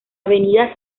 avenida